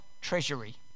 treasury